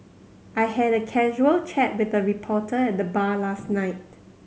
I had a casual chat with the reporter at the bar last night